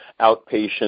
outpatient